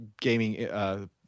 gaming